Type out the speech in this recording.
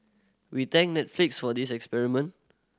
we thank Netflix for this experiment